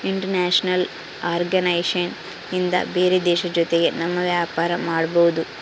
international organisation ಇಂದ ಬೇರೆ ದೇಶದ ಜೊತೆಗೆ ನಮ್ ವ್ಯಾಪಾರ ಮಾಡ್ಬೋದು